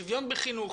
שוויון בחינוך,